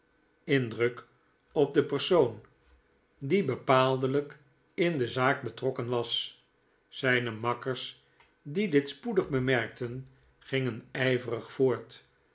indruk op den persoon die bepaaldelijk in de zaak betrokken was zijne makkers die dit spoedig bemerkten gingen ijverig voort